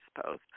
suppose